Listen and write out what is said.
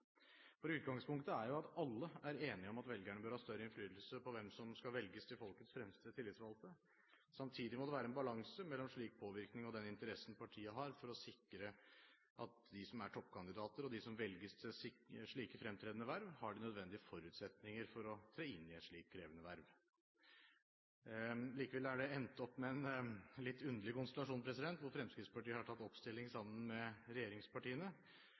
nå nettopp. Utgangspunktet er jo at alle er enige om at velgerne bør ha større innflytelse på hvem som skal velges til folkets fremste tillitsvalgte. Samtidig må det være en balanse mellom slik påvirkning og den interessen partiene har av å sikre at de som er toppkandidater, og som velges til slike fremtredende verv, har de nødvendige forutsetninger for å tre inn i et slikt krevende verv. Likevel har man endt opp med en litt underlig konstellasjon, hvor Fremskrittspartiet har tatt oppstilling sammen med regjeringspartiene.